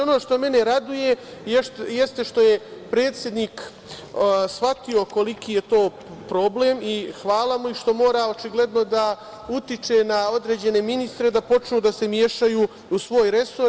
Ono što mene raduje jeste što je predsednik shvatio koliki je to problem, hvala mu, i što mora očigledno da utiče na određene ministre da počnu da se mešaju u svoj resor.